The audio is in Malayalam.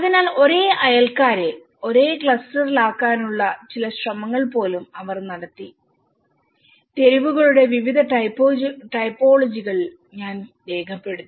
അതിനാൽ ഒരേ അയൽക്കാരെ ഒരേ ക്ലസ്റ്ററിലാക്കാനുള്ള ചില ശ്രമങ്ങൾ പോലും അവർ നടത്തി തെരുവുകളുടെ വിവിധ ടൈപ്പോളജികൾ ഞാൻ രേഖപ്പെടുത്തി